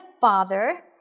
Father